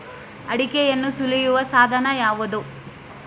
ಅಡಿಕೆಯನ್ನು ಸುಲಿಯುವ ಸಾಧನ ಯಾವುದು?